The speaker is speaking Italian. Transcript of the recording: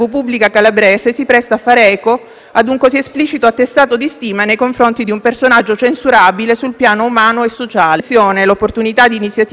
Alcuni giorni or sono, è andato in onda il *reportage* di un programma televisivo che ha messo in luce alcune anomalie riguardanti lo svolgimento di una procedura di selezione pubblica per autisti delle Ferrovie della Calabria, società di proprietà della Regione.